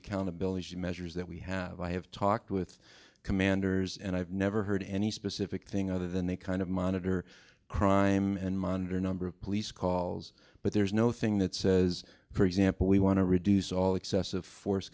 accountability measures that we have i have talked with commanders and i've never heard any specific thing other than they kind of monitor crime and monitor number of police calls but there's no thing that says for example we want to reduce all excessive force